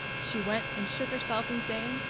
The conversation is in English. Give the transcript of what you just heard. she went and shook herself insane,